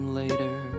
later